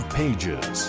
pages